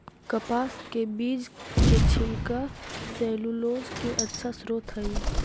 कपास के बीज के छिलका सैलूलोज के अच्छा स्रोत हइ